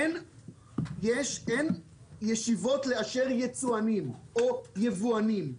אין ישיבות לאשר יצואנים או יבואנים,